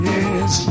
Yes